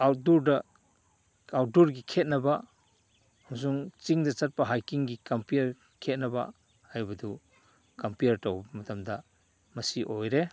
ꯑꯥꯎꯠꯗꯣꯔꯗ ꯑꯥꯎꯠꯗꯣꯔꯒꯤ ꯈꯦꯅꯕ ꯑꯃꯁꯨꯡ ꯆꯤꯡꯗ ꯆꯠꯄ ꯍꯥꯏꯛꯀꯤꯡꯒꯤ ꯀꯝꯄꯤꯌꯔ ꯈꯦꯅꯕ ꯍꯥꯏꯕꯗꯨ ꯀꯝꯄꯤꯌꯔ ꯇꯧꯕ ꯃꯇꯝꯗ ꯃꯁꯤ ꯑꯣꯏꯔꯦ